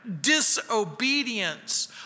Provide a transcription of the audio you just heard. disobedience